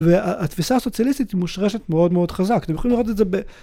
והתפיסה הסוציאליסטית היא מושרשת מאוד מאוד חזק. אתם יכולים לראות את זה ב...